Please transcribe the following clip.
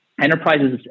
enterprises